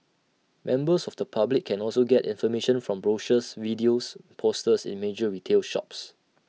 members of the public can also get information from brochures videos and posters in major retail shops